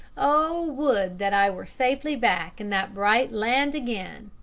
oh, would that i were safely back in that bright land again